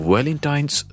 Valentine's